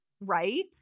Right